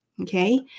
okay